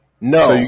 No